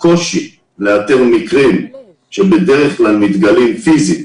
הקושי לאתר מקרים שבדרך כלל מתגלים פיזית